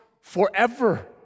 forever